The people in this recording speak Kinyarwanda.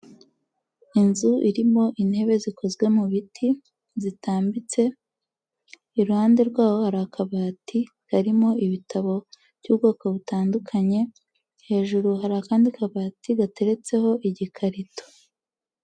Inzu irimo intebe zikozwe mu biti, zitambitse. Iruhande rwaho hari akabati, karimo ibitabo by'ubwoko butandukanye. Hejuru hari akandi kabati gateretseho igikarito.